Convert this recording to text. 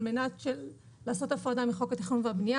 על מנת לעשות הפרדה מחוק התכנון והבנייה